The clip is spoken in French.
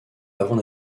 avant